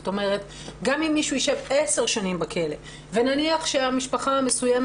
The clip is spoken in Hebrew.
גם אם מישהו ישב 10 שנים בכלא ונניח שהמשפחה המסוימת